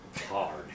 hard